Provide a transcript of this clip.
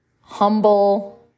humble